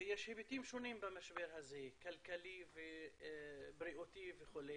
ויש היבטים שונים במשבר הזה, כלכלי ובריאותי וכו',